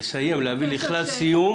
לסיים, להביא לכלל סיום